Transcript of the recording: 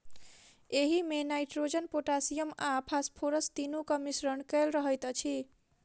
एहिमे nitrogen, potassium आ phosphorus तीनूक मिश्रण कएल रहैत अछि